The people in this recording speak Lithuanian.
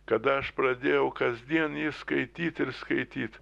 kada aš pradėjau kasdien jį skaityt ir skaityt